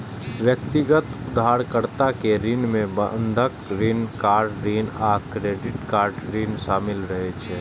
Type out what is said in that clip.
व्यक्तिगत उधारकर्ता के ऋण मे बंधक ऋण, कार ऋण आ क्रेडिट कार्ड ऋण शामिल रहै छै